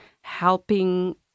helping